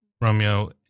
Romeo